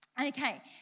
Okay